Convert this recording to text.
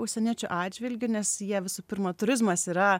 užsieniečių atžvilgiu nes jie visų pirma turizmas yra